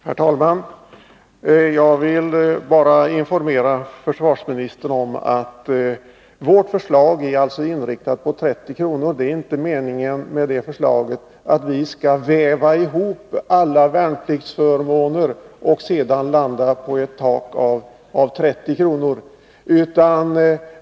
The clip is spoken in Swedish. Herr talman! Jag vill bara informera försvarsministern om att vårt förslag är inriktat på 30 kr. Förslagets mening är inte att vi skall väva ihop alla värnpliktsförmåner för att sedan nå ett tak på 30 kr.